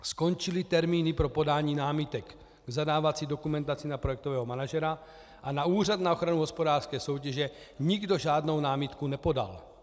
Skončily termíny pro podání námitek k zadávací dokumentaci na projektového manažera a na Úřad na ochranu hospodářské soutěže nikdo žádnou námitku nepodal.